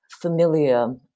familiar